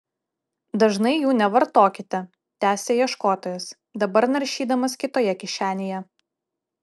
dažnai jų nevartokite tęsė ieškotojas dabar naršydamas kitoje kišenėje